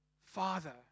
Father